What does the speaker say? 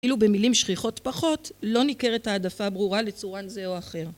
אילו במילים שכיחות פחות, לא ניכרת העדפה ברורה לצורן זה או אחר.